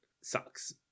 sucks